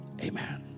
amen